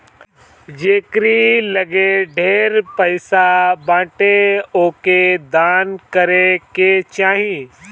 जेकरी लगे ढेर पईसा बाटे ओके दान करे के चाही